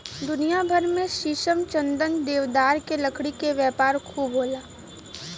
दुनिया भर में शीशम, चंदन, देवदार के लकड़ी के व्यापार खूब होला